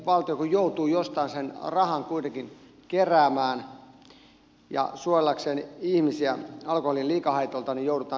valtio kun joutuu jostain sen rahan kuitenkin keräämään ja ihmisten suojelemiseksi alkoholin liikahaitoilta joudutaan tekemään rajoituksia